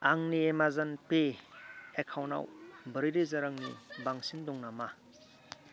आंनि Amazon Pay एकाउन्टाव ब्रै रोजा रांनि बांसिन दं नामा